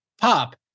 Pop